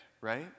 right